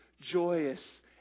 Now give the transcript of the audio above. joyous